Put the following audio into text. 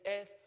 earth